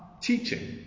teaching